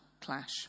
clash